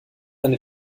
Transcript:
eine